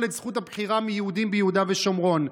את זכות הבחירה מיהודים ביהודה ושומרון,